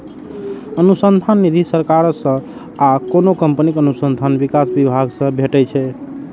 अनुसंधान निधि सरकार सं आ कोनो कंपनीक अनुसंधान विकास विभाग सं भेटै छै